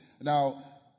Now